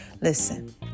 Listen